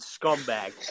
scumbag